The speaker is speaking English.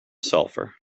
sulfur